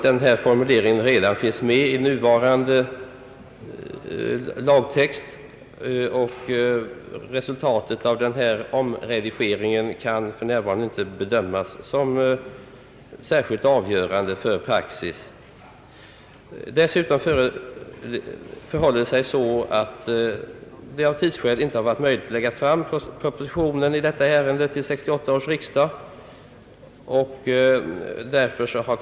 Denna formulering finns emellertid med i nuvarande lagtext, och resultatet av denna omredigering kan för närvarande inte bedömas såsom särskilt avgörande för praxis. Dessutom förhåller det sig så, att det av tidsskäl inte har varit möjligt att lägga fram propositionen i detta ärende till 1968 års riksdag.